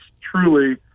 truly